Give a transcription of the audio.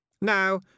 Now